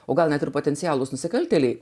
o gal net ir potencialūs nusikaltėliai